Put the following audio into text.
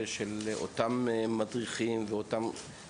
למשל את הנושא של המדריכים ומתנדבים.